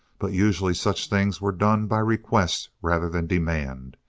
but usually such things were done by request rather than demand,